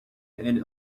and